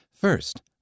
First